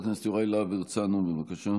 חבר הכנסת יוראי להב הרצנו, בבקשה.